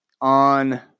on